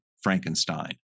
Frankenstein